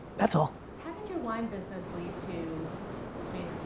that's all. how did your wine business lead to